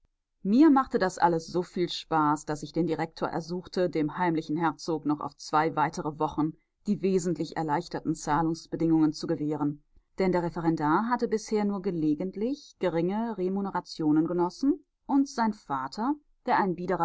mir machte alles dies so viel spaß daß ich den direktor ersuchte dem heimlichen herzog noch auf weitere zwei wochen die wesentlich erleichterten zahlungsbedingungen zu gewähren denn der referendar hatte bisher nur gelegentlich geringe remunerationen genossen und sein vater der